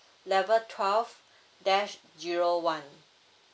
level twelve dash zero one